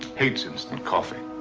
hates instant coffee.